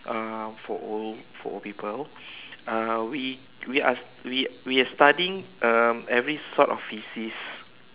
uh for old for old people uh we we are we we are studying um every sort of feces